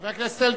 חבר הכנסת אלקין,